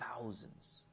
thousands